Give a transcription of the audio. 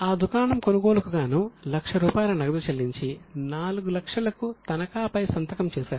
ఆ దుకాణం కొనుగోలుకు గాను 100000 రూపాయలు నగదు చెల్లించి 400000 కు తనఖా పై సంతకం చేశారు